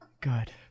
Good